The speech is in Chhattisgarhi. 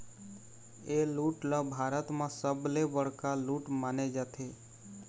ए लूट ल भारत म सबले बड़का लूट माने जाथे